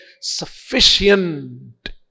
sufficient